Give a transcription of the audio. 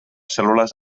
cèl·lules